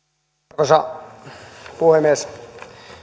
arvoisa puhemies